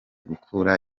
gukura